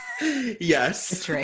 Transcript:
yes